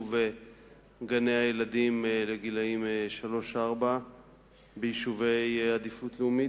גני-הילדים לגילאי שלוש-ארבע ביישובי עדיפות לאומית,